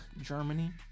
Germany